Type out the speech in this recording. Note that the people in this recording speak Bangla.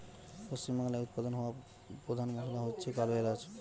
পশ্চিমবাংলায় উৎপাদন হওয়া পোধান মশলা হচ্ছে কালো এলাচ